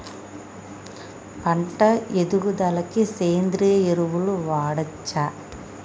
పంట ఎదుగుదలకి సేంద్రీయ ఎరువులు వాడచ్చా?